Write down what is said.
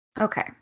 Okay